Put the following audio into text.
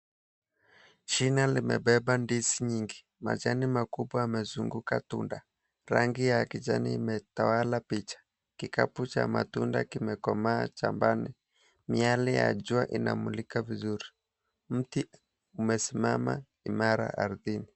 Shina limebeba ndizi nyingi, majani makubwa yamezunguka tunda, rangi ya kijani imetawala picha, kikapu cha matunda kimekomaa cha banda, miyale ya jua inamulika vizuri, mti umesimama imara ardhini.